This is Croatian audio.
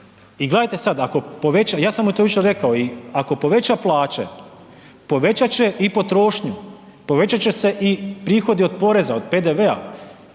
1%-tni poen, ja sam mu to jučer i rekao, ako poveća plaće povećat će i potrošnju, povećat će se i prihodi od poreza od PDV-a.